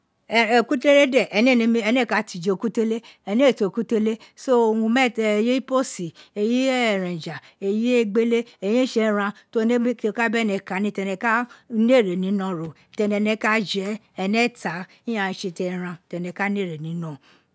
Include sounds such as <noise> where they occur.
Ekutele de ene ee ka di ijo ekutele ene ee te kutele so uru meeta <hesitation> eyi posi eyi evenja eyi egbele eyi ne eran to ka benu kani tene ka ne ene ni ino ro tene ne ka je, ene ta ighan re tse eren tene ka ne er ni noron ro